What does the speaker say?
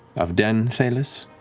of den thelyss.